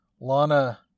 Lana